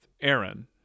Aaron